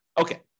Okay